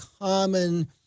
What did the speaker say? common